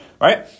Right